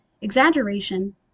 exaggeration